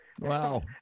Wow